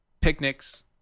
Picnics